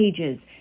ages